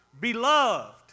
Beloved